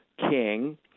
king—